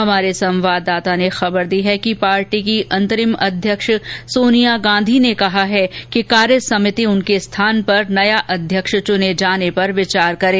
हमारे संवाददाता ने खबर दी है कि पार्टी की अंतरिम अध्यक्ष सोनिया गांधी ने कहा है कि कार्यसमिति उनके स्थान पर नया अध्यक्ष चुने जाने पर विचार करें